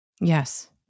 Yes